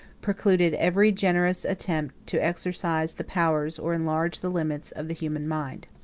precluded every generous attempt to exercise the powers, or enlarge the limits, of the human mind.